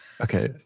Okay